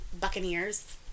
buccaneers